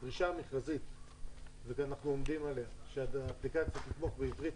הדרישה המכרזית שאנחנו עומדים עליה היא שהאפליקציה תתמוך בעברית,